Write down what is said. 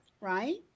right